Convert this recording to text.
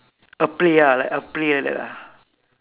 a play ah like a play like that ah